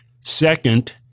Second